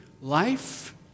Life